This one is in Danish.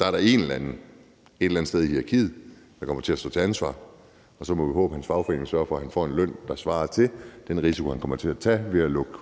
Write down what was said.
er der en eller anden et eller andet sted i hierarkiet, der kommer til at stå til ansvar. Og så må vi håbe, at hans fagforening sørger for, at han får en løn, der svarer til den risiko, han kommer til at tage ved også at lukke